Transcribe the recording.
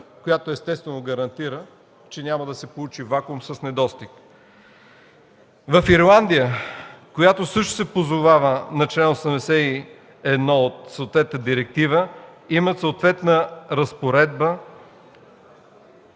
която, естествено гарантира, че няма да се получи вакуум с недостиг. В Ирландия, която също се позовава на чл. 81 от съответната директива, има съответна разпоредба.